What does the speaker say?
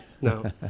no